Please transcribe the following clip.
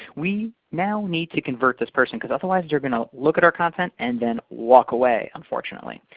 we now need to convert this person, because otherwise, they're going to look at our content and then walk away, unfortunately.